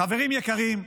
חברים יקרים,